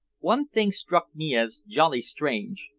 one thing struck me as jolly strange,